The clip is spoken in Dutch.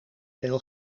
veel